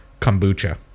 kombucha